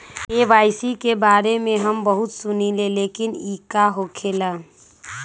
KYC के बारे में हम बहुत सुनीले लेकिन इ का होखेला?